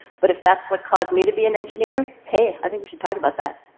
but if that's what caused me to be an engineer hey, i think we should talk about that.